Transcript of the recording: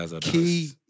key